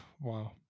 Wow